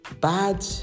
bad